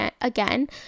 again